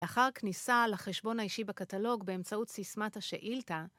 ‫לאחר כניסה לחשבון האישי בקטלוג ‫באמצעות סיסמת השאילתא..